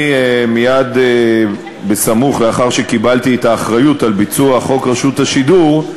מייד לאחר שקיבלתי את האחריות לביצוע חוק רשות השידור,